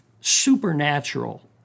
supernatural